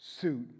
suit